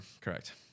Correct